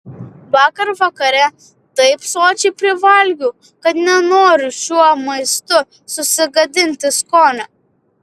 vakar vakare taip sočiai privalgiau kad nenoriu šiuo maistu susigadinti skonio